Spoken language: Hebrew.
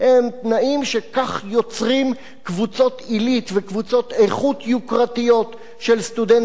הם מבינים שכך יוצרים קבוצות עילית וקבוצות איכות יוקרתיות של סטודנטים.